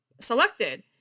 selected